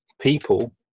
people